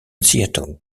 seattle